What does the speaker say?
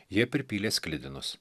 jie pripylė sklidinus